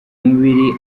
mubiri